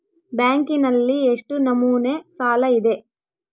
ಬ್ಯಾಂಕಿನಲ್ಲಿ ಎಷ್ಟು ನಮೂನೆ ಸಾಲ ಇದೆ?